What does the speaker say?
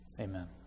Amen